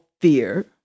fear